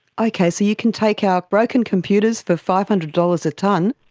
okay, so you can take our broken computers for five hundred dollars a tonne?